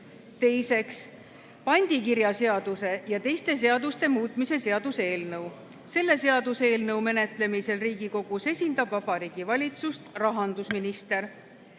Teiseks, pandikirjaseaduse ja teiste seaduste muutmise seaduse eelnõu. Selle seaduseelnõu menetlemisel Riigikogus esindab Vabariigi Valitsust rahandusminister.